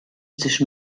sich